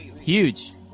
huge